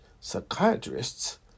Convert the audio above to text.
psychiatrists